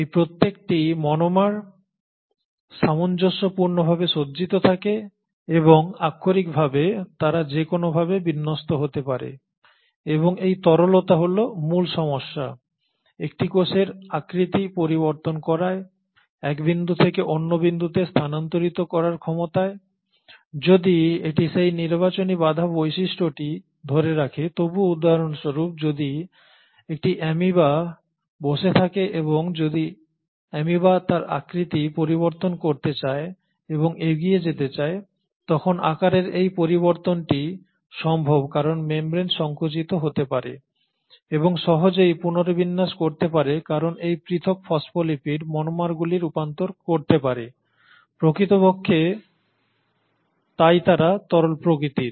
এই প্রত্যেকটি মনোমার সামঞ্জস্যপূর্ণ ভাবে সজ্জিত থাকে এবং আক্ষরিকভাবে তারা যেকোনো ভাবে বিন্যস্ত হতে পারে এবং এই তরলতা হল মূল সমস্যা একটি কোষের আকৃতি পরিবর্তন করায় এক বিন্দুকে অন্য বিন্দুতে স্থানান্তরিত করার ক্ষমতায় যদিও এটি সেই নির্বাচনী বাধা বৈশিষ্ট্যটি ধরে রাখে তবুও উদাহরণস্বরূপ যদি একটি অ্যামিবা বসে থাকে এবং যদি অ্যামিবা তার আকৃতি পরিবর্তন করতে চায় এবং এগিয়ে যেতে চায় তখন আকারের এই পরিবর্তনটি সম্ভব কারণ মেমব্রেন সংকুচিত হতে পারে এবং সহজেই পুনর্বিন্যাস করতে পারে কারণ এই পৃথক ফসফোলিপিড মনোমারগুলি রূপান্তর করতে পারে প্রকৃতপক্ষে তাই তারা তরল প্রকৃতির